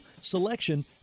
selection